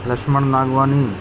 Lakshman Nagwani